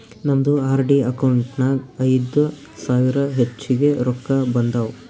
ನಮ್ದು RD account ನಾಗ್ ಐಯ್ದ ಸಾವಿರ ಹೆಚ್ಚಿಗೆ ರೊಕ್ಕಾ ಬಂದಾವ್